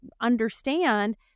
understand